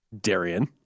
Darian